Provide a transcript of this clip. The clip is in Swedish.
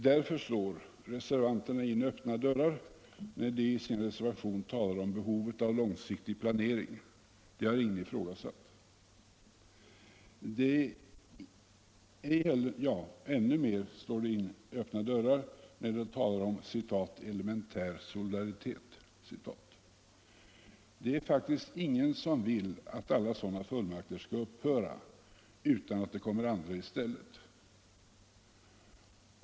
Därför slår reservanterna in öppna dörrar när de i sin reservation talar om behovet av långsiktig planering. Det har ingen ifrågasatt. Ännu mer slår man in öppna dörrar när man talar om ”elementär solidaritet”. Det är faktiskt ingen som vill att alla sådana fullmakter skall upphöra utan att det kommer andra i stället.